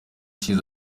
ishize